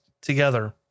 together